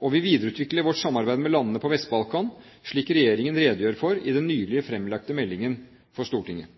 og vi videreutvikler vårt samarbeid med landene på Vest-Balkan, slik regjeringen redegjør for i den nylig fremlagte meldingen for Stortinget.